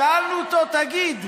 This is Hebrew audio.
שאלנו אותו: תגיד,